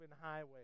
highways